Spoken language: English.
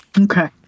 Okay